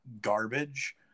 garbage